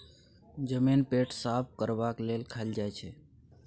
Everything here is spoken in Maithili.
जमैन पेट साफ करबाक लेल खाएल जाई छै